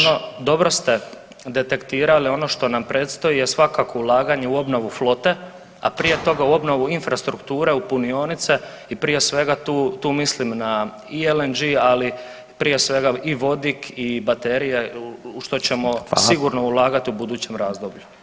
Dobro ste detektirali, ono što nam predstoji je svakako ulaganje u obnovu flote, a prije toga u obnovu infrastrukture u punionice i prije svega tu mislim i na LNG, ali prije svega i vodik i baterija [[Upadica Radin: Hvala.]] u što ćemo sigurno ulagati u budućem razdoblju.